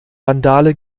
randale